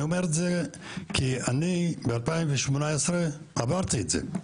אני אומר את זה כי אני ב-2018 עברתי את זה.